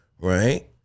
Right